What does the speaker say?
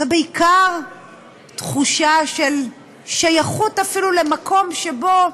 זו בעיקר תחושה של שייכות, אפילו למקום שבו,